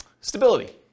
stability